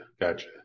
Gotcha